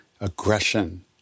aggression